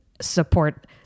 support